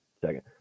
second